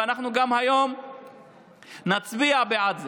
וגם היום נצביע בעד זה.